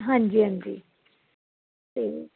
ਹਾਂਜੀ ਹਾਂਜੀ ਠੀਕ